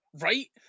right